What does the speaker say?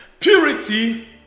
Purity